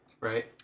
right